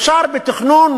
אפשר בתכנון